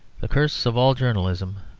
the curse of all journalism,